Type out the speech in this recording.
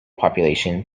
population